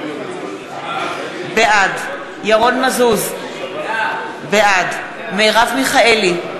בעד ירון מזוז, בעד מרב מיכאלי,